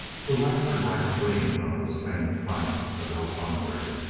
the lantern light gleamed on the stained flank of el sangre.